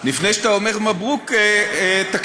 לפני שאתה אומר מברוכ, תקשיב.